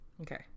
Okay